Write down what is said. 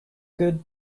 good